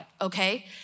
okay